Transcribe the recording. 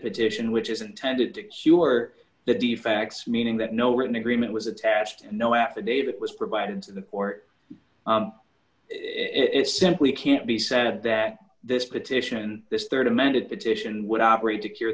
petition which is intended to cure the defects meaning that no written agreement was attached and no affidavit was provided to the court it simply can't be said that this petition this rd amended petition would operate to cure